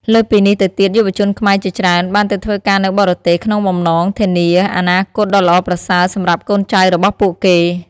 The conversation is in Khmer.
លើសពីនេះទៅទៀតយុវជនខ្មែរជាច្រើនបានទៅធ្វើការនៅបរទេស ក្នុងបំណងធានាអនាគតដ៏ល្អប្រសើរសម្រាប់កូនចៅរបស់ពួកគេ។